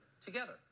together